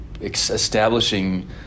establishing